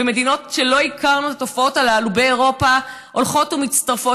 מדינות שלא הכרנו בהן את התופעות האלה באירופה הולכות ומצטרפות,